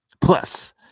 Plus